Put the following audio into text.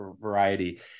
variety